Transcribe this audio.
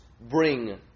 bring